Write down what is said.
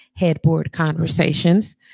headboardconversations